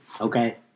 okay